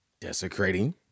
desecrating